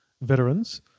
veterans